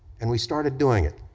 and we started doing it,